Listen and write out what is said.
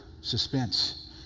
Suspense